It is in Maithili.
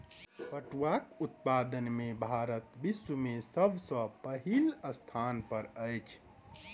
पटुआक उत्पादन में भारत विश्व में सब सॅ पहिल स्थान पर अछि